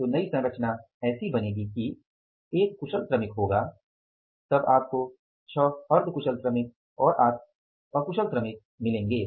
तो नई संरचना ऐसी बनेगी कि 1 कुशल श्रमिक होगा तब आपको 6 अर्ध कुशल श्रमिक और 8 अकुशल श्रमिक मिलेंगे